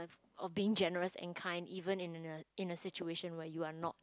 of being generous and kind even in a in a situation where you are not